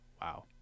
Wow